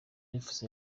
efuse